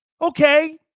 Okay